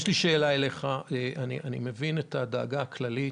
אני מבין את הדאגה הכללית,